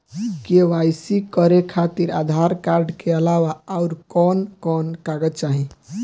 KYC करे खातिर Aadhaar card के अलावा आउरकवन कवन कागज चाहीं?